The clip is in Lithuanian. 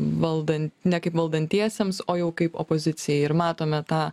valdant ne kaip valdantiesiems o jau kaip opozicijai ir matome tą